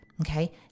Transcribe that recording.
Okay